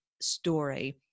story